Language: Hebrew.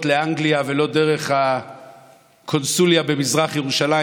לאנגליה ולא דרך הקונסוליה במזרח ירושלים,